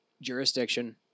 jurisdiction